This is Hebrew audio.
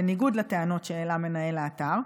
בניגוד לטענות שהעלה מנהל האתר,